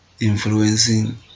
influencing